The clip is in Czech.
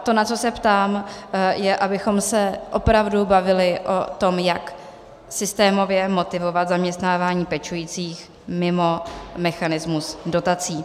To, na co se ptám, je, abychom se opravdu bavili o tom, jak systémově motivovat zaměstnávání pečujících mimo mechanismus dotací.